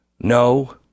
no